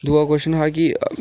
दूआ क्वश्चन हा कि